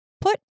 put